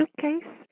suitcase